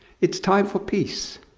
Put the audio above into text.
it's time for peace.